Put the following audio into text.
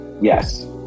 yes